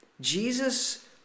Jesus